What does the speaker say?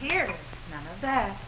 here that